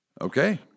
Okay